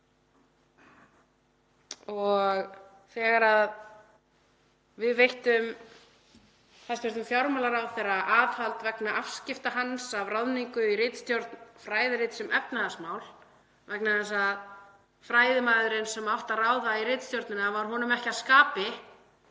Þegar við veittum hæstv. fjármálaráðherra aðhald vegna afskipta hans af ráðningu í ritstjórn fræðirits um efnahagsmál, vegna þess að fræðimaðurinn sem átti að ráða í ritstjórnina var honum ekki að skapi,